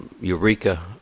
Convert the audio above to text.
Eureka